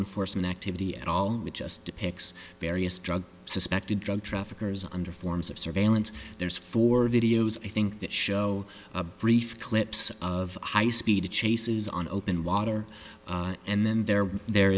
enforcement activity at all just depicts various drug suspected drug traffickers under forms of surveillance there's four videos i think that show a brief clips of high speed chases on open water and then there there